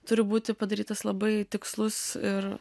turi būti padarytas labai tikslus ir